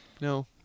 No